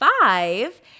five